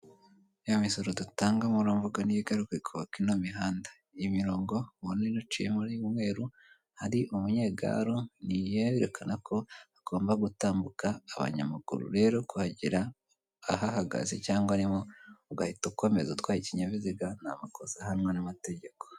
Ya misoro dutanga niyo igaruka ikubaka ino mihanda. Imirongo ubona uciyemo y’umweru, hari umunyegare niyerekana ko hagomba gutambuka abanyamaguru. Rero kuhagera ahahagaze cyangwa arimo, ugahita ukomeza gutwara ikinyabiziga ni amakosa ahanwa n'amategeko.